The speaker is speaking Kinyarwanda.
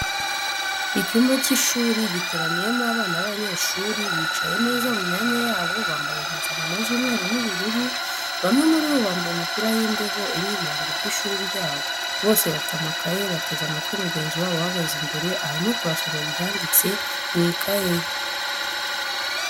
Icyumba cy'ishuri giteraniyemo abana b'abanyeshuri bicaye neza mu myanya yabo bambaye impuzankano z'umweru n'ubururu, bamwe muri bo bambaye imipira y'imbeho iriho ibirango by'ishuri ryabo, bose bafite amakaye bateze amatwi mugenzi wabo uhagaze imbere arimo kubasomera ibyanditse mu ikaye ye.